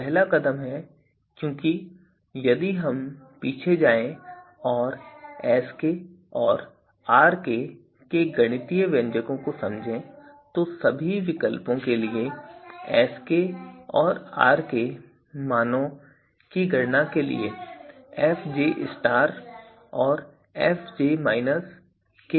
यह पहला कदम है क्योंकि यदि हम पीछे जाएं और Sk और Rk के गणितीय व्यंजकों को समझें तो सभी विकल्पों के लिए Skऔर Rk मानों की गणना के लिए fj और fj के मान आवश्यक हैं